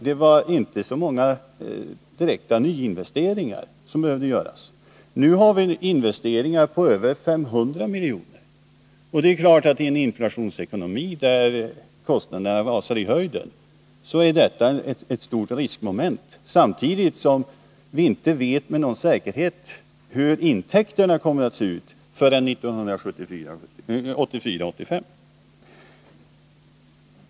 Det var inte så många direkta nyinvesteringar som behövde göras. Nu gäller det investeringar på över 500 milj.kr. Det är klart att detta i en inflationsekonomi där kostnaderna rusar i höjden är ett stort riskmoment, samtidigt som vi inte vet med någon säkerhet hur intäkterna kommer att bli förrän 1984/85.